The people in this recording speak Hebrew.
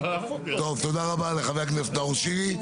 תודה רבה לחבר הכנסת, נאור שירי.